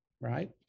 right